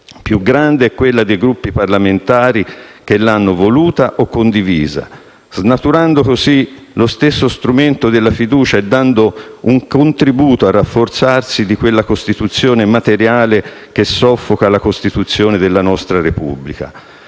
Più grande è quella dei Gruppi parlamentari che l'hanno voluta o condivisa, snaturando così lo stesso strumento della fiducia e dando un contributo al rafforzarsi di quella costituzione materiale che soffoca la Costituzione della nostra Repubblica.